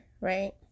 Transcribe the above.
right